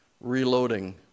reloading